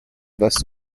vaste